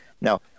now